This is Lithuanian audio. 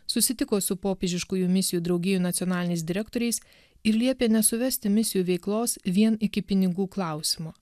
susitiko su popiežiškųjų misijų draugijų nacionaliniais direktoriais ir liepė nesuvesti misijų veiklos vien iki pinigų klausimo